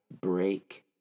break